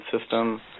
system